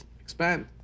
expand